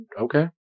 okay